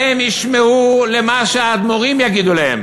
הם ישמעו למה שהאדמו"רים יגידו להם.